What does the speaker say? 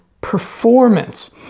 performance